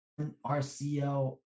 RCL